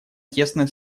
тесное